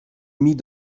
mit